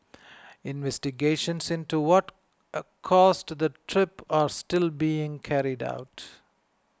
investigations into what caused the trip are still being carried out